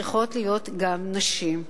לפי דעתי צריכות להיות גם נשים.